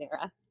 era